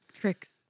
tricks